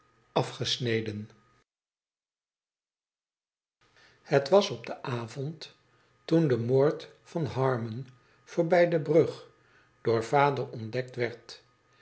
het was op den avond toen de moord van harmon voorbij de brug door vader ontdekt